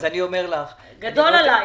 גדול עלי.